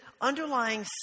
underlying